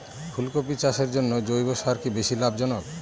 ফুলকপি চাষের জন্য জৈব সার কি বেশী লাভজনক?